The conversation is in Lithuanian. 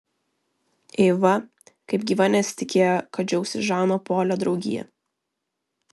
eiva kaip gyva nesitikėjo kad džiaugsis žano polio draugija